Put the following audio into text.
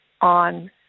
on